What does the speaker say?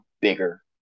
bigger